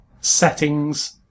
settings